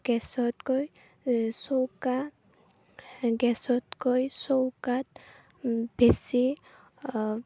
গেছতকৈ চৌকা গেছতকৈ চৌকাত বেছি